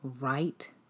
right